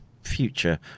future